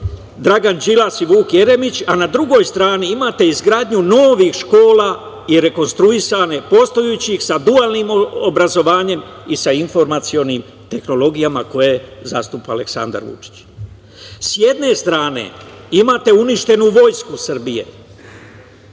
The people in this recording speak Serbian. Dragan Đilas i Vuk Jeremić, a na drugoj strani imate izgradnju novih škola i rekonstruisane postojeće sa dualnim obrazovanjem i sa informacionim tehnologijama koje zastupa Aleksandar Vučić.S jedne strane imate uništenu Vojsku Srbije,